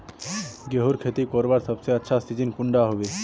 गेहूँर खेती करवार सबसे अच्छा सिजिन कुंडा होबे?